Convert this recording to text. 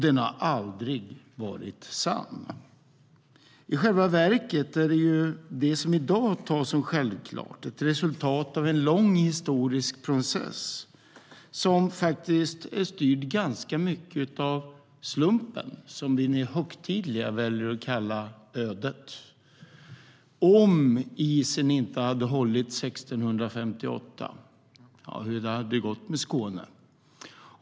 Den har aldrig varit sann. I själva verket är det som i dag tas som självklart ett resultat av en lång historisk process som i ganska hög grad är styrd av slumpen, som vi mer högtidligt väljer att kalla ödet. Om isen inte hade hållit 1658, hur hade det då gått med Skåne?